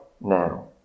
now